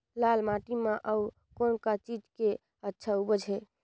लाल माटी म अउ कौन का चीज के अच्छा उपज है?